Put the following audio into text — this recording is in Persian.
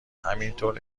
همینطور